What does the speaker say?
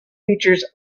features